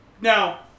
now